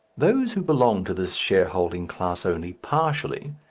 those who belong to this shareholding class only partially,